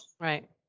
Right